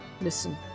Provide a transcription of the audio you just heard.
listen